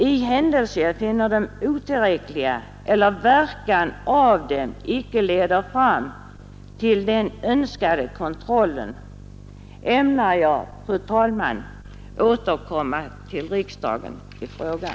I händelse jag finner detta otillräckligt eller att det inte leder fram till den önskade kontrollen ämnar jag, fru talman, återkomma till riksdagen i frågan.